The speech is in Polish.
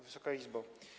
Wysoka Izbo!